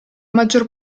maggior